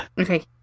Okay